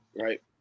right